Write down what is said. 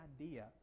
idea